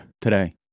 today